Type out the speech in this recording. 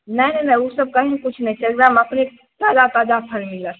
नहि नहि ओ सभ कही किछु नहि छै वएह हम अपने ताजा ताजा फल मिलत